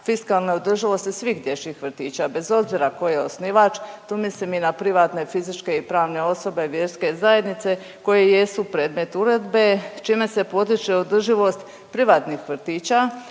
fiskalne održivosti svih dječjih vrtića bez obzira tko je osnivač. Tu mislim i na privatne fizičke i pravne osobe, vjerske zajednice koje jesu predmet uredbe čime se potiče održivost privatnih vrtića,